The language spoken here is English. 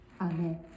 Amen